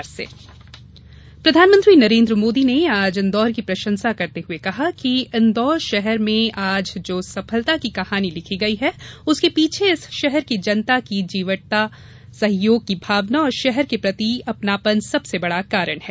PM Modi प्रधानमंत्री नरेन्द्र मोदी ने आज इंदौर की प्रशंसा करते हुए कहा कि इंदौर शहर में आज जो सफलता की कहानी लिखी गई है उसके पीछे इस शहर की जनता की जीवटता सहयोग की भावना और शहर के प्रति अपनापन सबसे बड़ा कारण है